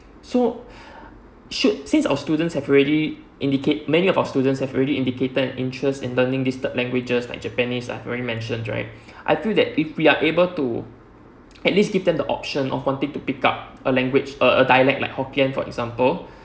so should since our students have already indicate many of our students have already indicated interest in learning these third languages like japanese I already mentioned right I feel that if we are able to at least give them the option of wanting to pick up a language err a dialect like hokkien for example